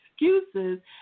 excuses